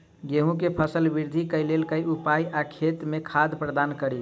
गेंहूँ केँ फसल वृद्धि केँ लेल केँ उपाय आ खेत मे खाद प्रदान कड़ी?